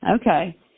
Okay